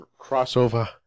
crossover